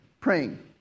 praying